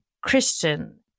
Christian